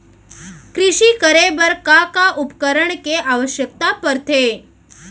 कृषि करे बर का का उपकरण के आवश्यकता परथे?